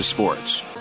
Sports